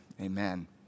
amen